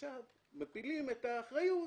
עכשיו מפילים את האחריות,